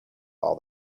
all